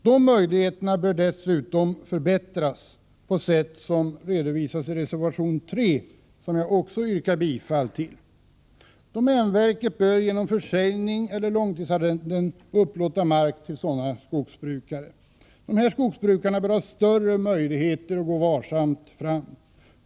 De möjligheterna bör dessutom förbättras på det sätt som redovisas i reservation 3, som jag också yrkar bifall till. Domänverket bör genom försäljning eller långtidsarrenden upplåta mark till sådana skogsbrukare. De här skogsbrukarna bör ha större möjligheter att gå varsamt fram.